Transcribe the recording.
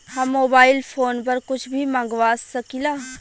हम mobile phone पर कुछ भी मंगवा सकिला?